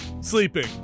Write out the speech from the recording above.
sleeping